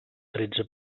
tretze